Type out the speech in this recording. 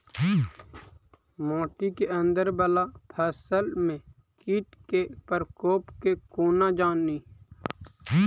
माटि केँ अंदर वला फसल मे कीट केँ प्रकोप केँ कोना जानि?